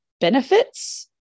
benefits